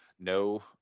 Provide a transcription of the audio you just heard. No